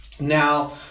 Now